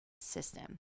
system